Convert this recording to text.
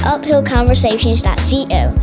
UphillConversations.co